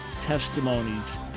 testimonies